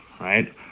right